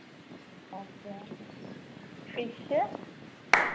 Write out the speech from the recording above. okay fish